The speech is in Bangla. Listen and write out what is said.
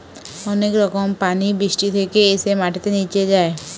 অনেক রকম পানি বৃষ্টি থেকে এসে মাটিতে নিচে যায়